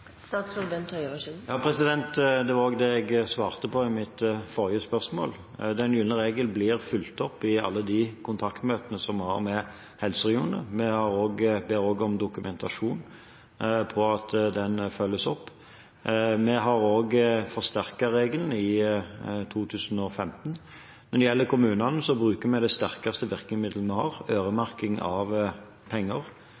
Det var også det jeg svarte på i mitt forrige svar. Den gylne regel blir fulgt opp i alle de kontaktmøtene som vi har med helseregionene. Vi ber også om dokumentasjon på at den følges opp. Vi har også forsterket regelen i 2015. Når det gjelder kommunene, bruker vi det sterkeste virkemiddelet vi har, øremerking av penger,